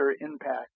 impact